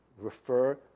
refer